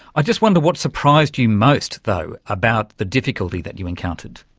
i just wonder what surprised you most though about the difficulty that you encountered.